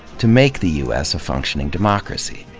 to make the u s. a functioning democracy.